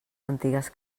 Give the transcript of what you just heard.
antigues